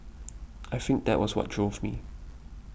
I think that was what drove me